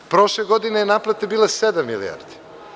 Prošle godine je naplata bila 7 milijardi.